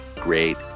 great